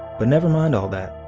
but never mind all that.